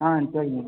ஆ சரிம்மா